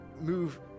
move